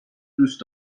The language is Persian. دوست